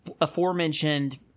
aforementioned